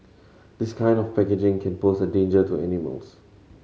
this kind of packaging can pose a danger to animals